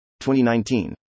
2019